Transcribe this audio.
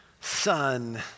Son